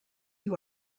you